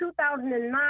2009